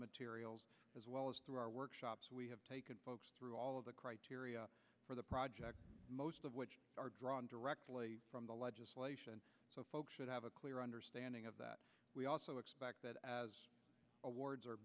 materials as well as through our workshops we have taken through all of the criteria for the project most of which are drawn directly from the legislation so folks should have a clear understanding of that we also expect that awards